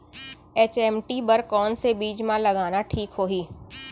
HMT बर कौन से बीज मा लगाना ठीक होही?